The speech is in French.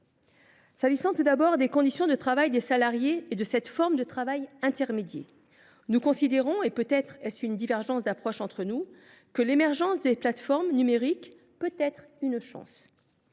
concerne tout d’abord les conditions de travail des salariés de cette forme de travail intermédié, nous considérons, et sans doute y a t il là une divergence d’approche entre nous, que l’émergence des plateformes numériques peut être une chance.